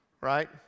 right